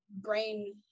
brain